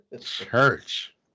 Church